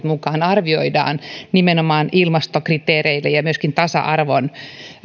mukaan arvioidaan nimenomaan ilmastokriteereitä ja myöskin tasa arvon